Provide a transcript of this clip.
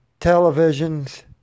televisions